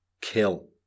Kill